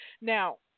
Now